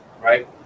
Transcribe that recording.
right